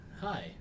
Hi